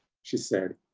she said,